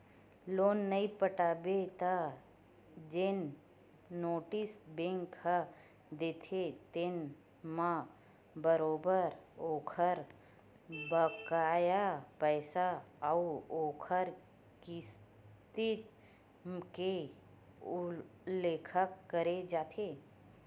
loan नइ पटाबे त जेन नोटिस बेंक ह देथे तेन म बरोबर ओखर बकाया पइसा अउ ओखर किस्ती के उल्लेख करे जाथे